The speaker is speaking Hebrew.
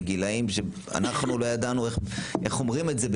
בגיל 40-50 אנחנו לא ידענו איך אומרים את זה,